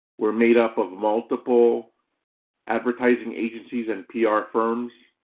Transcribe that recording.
we're made up of multiple advertising agencies and pr firms.